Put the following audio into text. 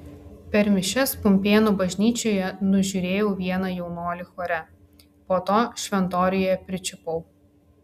per mišias pumpėnų bažnyčioje nužiūrėjau vieną jaunuolį chore po to šventoriuje pričiupau